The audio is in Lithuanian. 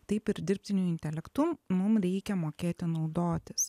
taip ir dirbtiniu intelektu mum reikia mokėti naudotis